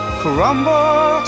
crumble